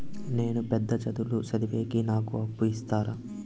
నేను పెద్ద చదువులు చదివేకి నాకు అప్పు ఇస్తారా